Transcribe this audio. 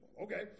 Okay